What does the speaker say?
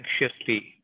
anxiously